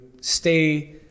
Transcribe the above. stay